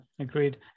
agreed